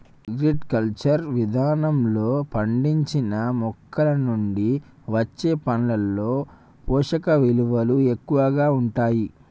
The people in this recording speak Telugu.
హార్టికల్చర్ విధానంలో పండించిన మొక్కలనుండి వచ్చే పండ్లలో పోషకవిలువలు ఎక్కువగా ఉంటాయి